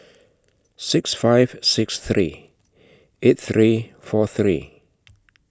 six five six three eight three four three